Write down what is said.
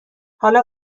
حالا